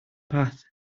path